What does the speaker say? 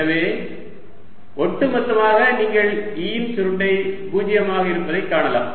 எனவே ஒட்டுமொத்தமாக நீங்கள் E இன் சுருட்டை 0 ஆக இருப்பதைக் காணலாம்